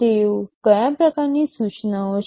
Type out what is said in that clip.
તેઓ કયા પ્રકારની સૂચનાઓ છે